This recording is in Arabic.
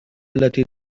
التي